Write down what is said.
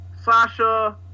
Sasha